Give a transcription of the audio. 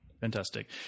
Fantastic